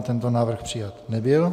Tento návrh přijat nebyl.